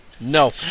No